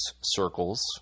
circles